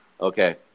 Okay